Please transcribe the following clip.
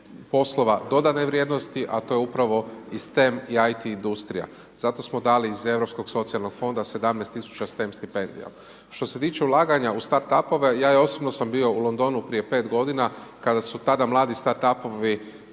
poslova dodane vrijednosti a to je upravo i STEM i IT industrija. Zato smo dali iz Europskog socijalnog fonda 17 tisuća STEM stipendija. Što se tiče ulaganja u start up-ove ja osobno sam bio u Londonu prije 5 godina kada su tada mladi start up-ovi